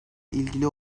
ilgili